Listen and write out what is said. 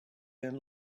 been